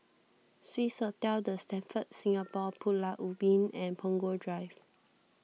Swissotel the Stamford Singapore Pulau Ubin and Punggol Drive